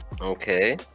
Okay